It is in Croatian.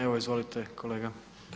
Evo izvolite kolega.